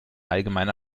allgemein